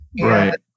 Right